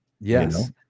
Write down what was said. Yes